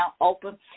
open